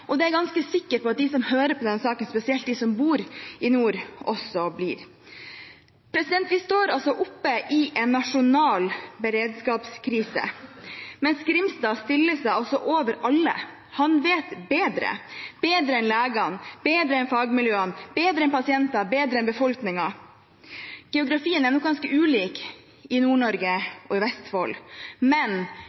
det er jeg ganske sikker på at de som hører om denne saken, spesielt de som bor i nord, også blir. Vi står altså oppe i en nasjonal beredskapskrise. Men representanten Grimstad stiller seg over alle, han vet bedre – bedre enn legene, bedre enn fagmiljøene, bedre enn pasientene, bedre enn befolkningen. Geografien er nok ganske ulik i Nord-Norge og Vestfold, men